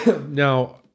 Now